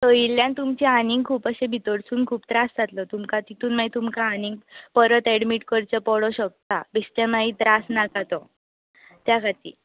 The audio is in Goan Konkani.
तळिल्यान तुमचे आनी खूब अशे भितरसून खूब त्रास जातलो तुमकां तितून मागीर तुमकां आनी परत एडमिट करचे पडो शकतां बेश्टे मागीर त्रास नाका तो त्या खातीर